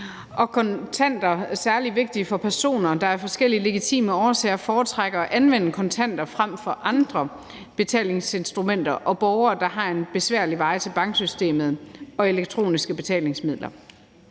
og kontanter er særlig vigtige for personer, der af forskellige legitime årsager foretrækker at anvende kontanter frem for andre betalingsinstrumenter, og borgere, der har en besværlig vej til banksystemet og elektroniske betalingsmidler.